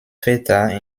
väter